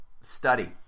study